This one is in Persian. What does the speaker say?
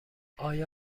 آیا